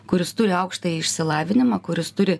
kuris turi aukštąjį išsilavinimą kuris turi